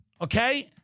Okay